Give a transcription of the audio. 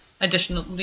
additional